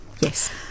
yes